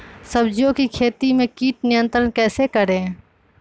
सब्जियों की खेती में कीट नियंत्रण कैसे करें?